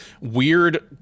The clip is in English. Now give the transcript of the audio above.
weird